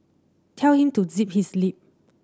tell him to zip his lip